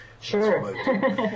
Sure